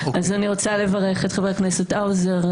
אני רוצה לברך את חבר הכנסת האוזר,